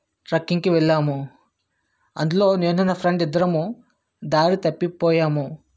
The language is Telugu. ట్రెక్కింగ్కి వెళ్ళాము అందులో నేను నా ఫ్రెండ్ ఇద్దరు దారి తప్పిపోయాము